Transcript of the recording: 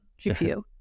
GPU